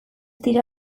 dira